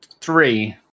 three